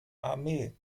armee